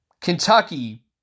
Kentucky